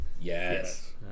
Yes